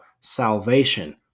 salvation